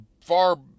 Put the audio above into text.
far